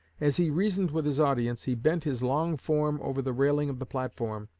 as he reasoned with his audience, he bent his long form over the railing of the platform,